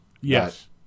Yes